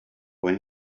when